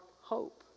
hope